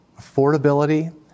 affordability